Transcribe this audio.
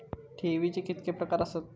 ठेवीचे कितके प्रकार आसत?